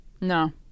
No